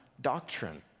doctrine